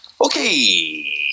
Okay